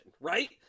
right